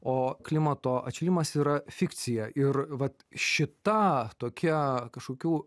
o klimato atšilimas yra fikcija ir vat šita tokia kažkokių